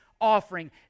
offering